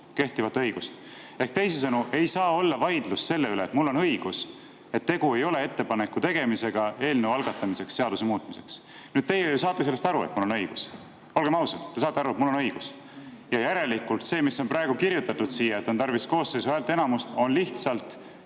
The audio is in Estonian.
kehtivat õigust. Teisisõnu: ei saa olla vaidlust selle üle, kas mul on õigus. Tegu ei ole ettepaneku tegemisega algatada eelnõu seaduse muutmiseks. Teie ju saate aru, et mul on õigus. Olgem ausad, te saate aru, et mul on õigus. Järelikult see, mis on praegu siia kirjutatud, et on tarvis koosseisu häälteenamust, on lihtsalt